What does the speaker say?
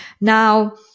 now